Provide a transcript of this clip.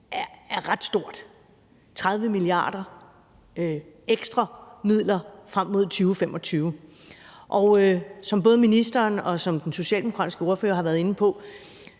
er ret stort: 30 mia. kr. i form af ekstra midler frem mod 2025. Som både ministeren og den socialdemokratiske ordfører har været inde på,